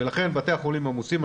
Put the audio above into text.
ולכן בתי החולים עמוסים.